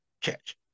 catch